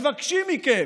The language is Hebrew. מבקשים מכם,